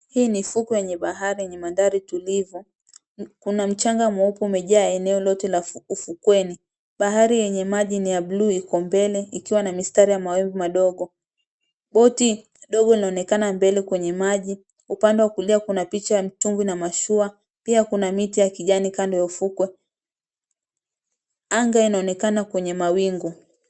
Hii ni fukwe yenye bahari yenye mandhari tulivu. Kuna mchanga mweupe umejaa eneo lote la ufukweni. Bahari yenye maji ni ya blue iko mbele ikiwa na mistari ya mawivu madogo. Boti ndogo linaonekana mbele kwenye maji, upande wa kulia kuna picha ya mtungi na mashua. Pia kuna miti ya kijani kando ya ufukwe, anga inaonekana kwenye mawingu.